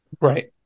Right